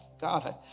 God